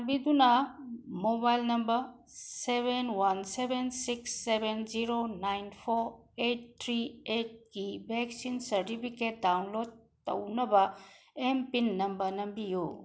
ꯆꯥꯟꯕꯤꯗꯨꯅ mobile number seven one seven six seven zero nine four eight three ꯑꯩꯠꯀꯤ vaccine certificate download ꯇꯧꯅꯕ M PIN number ꯅꯝꯕꯤꯌꯨ